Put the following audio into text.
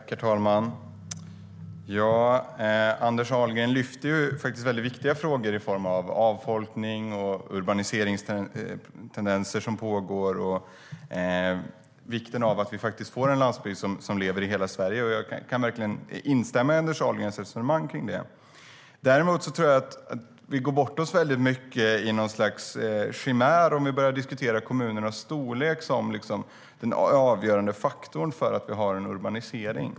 Herr talman! Anders Ahlgren lyfter upp viktiga frågor om avfolkning, om de urbaniseringstendenser som pågår och om vikten av att vi får en levande landsbygd i hela Sverige. Jag instämmer i Anders Ahlgrens resonemang. Vi går dock bort oss i en chimär om vi börjar diskutera kommunernas storlek som den avgörande faktorn för att vi har en urbanisering.